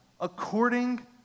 according